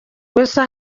gusa